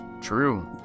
True